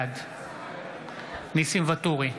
בעד ניסים ואטורי,